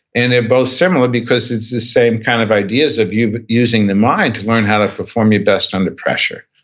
and they're both similar, because it's the same kind of ideas of but using the mind to learn how to perform your best under pressure.